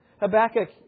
Habakkuk